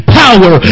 power